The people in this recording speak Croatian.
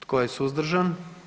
Tko je suzdržan?